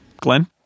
Glenn